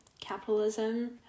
Capitalism